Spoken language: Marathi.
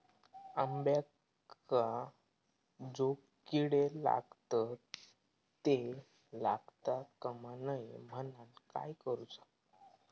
अंब्यांका जो किडे लागतत ते लागता कमा नये म्हनाण काय करूचा?